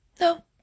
No